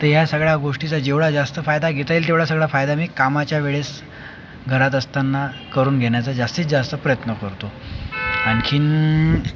तर ह्या सगळ्या गोष्टीचा जेवढा जास्त फायदा घेता येईल तेवढा सगळा फायदा मी कामाच्या वेळेस घरात असताना करून घेण्याचा जास्तीत जास्त प्रयत्न करतो आणखीन